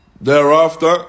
Thereafter